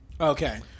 Okay